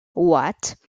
watts